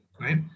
Right